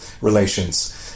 relations